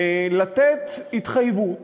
לתת התחייבות